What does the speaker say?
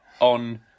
on